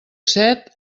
set